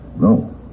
No